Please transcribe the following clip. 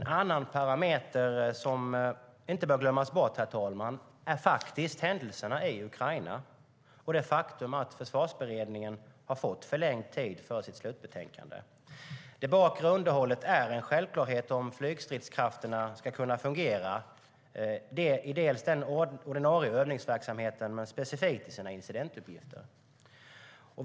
En annan parameter som inte bör glömmas bort är händelserna i Ukraina och det faktum att Försvarsberedningen har fått förlängd tid för sitt slutbetänkande. Det bakre underhållet är en självklarhet om stridsflygkrafterna ska kunna fungera i den ordinarie övningsverksamheten och specifikt i sina incidentuppgifter.